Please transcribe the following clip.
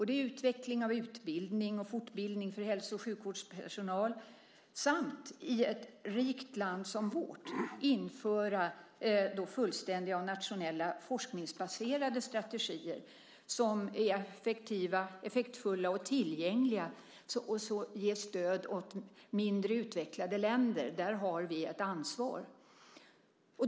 Det är utveckling och utbildning samt fortbildning av hälso och sjukvårdens personal samt i ett rikt land som vårt införande av fullständiga nationella forskningsbaserade strategier som är effektfulla och tillgängliga, och så stöd åt mindre utvecklade länder. Där har vi ett ansvar.